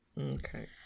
okay